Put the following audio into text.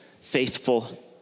faithful